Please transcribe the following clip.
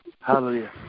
hallelujah